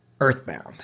Earthbound